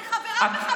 אני חברה בוועדה.